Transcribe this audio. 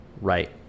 Right